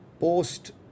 post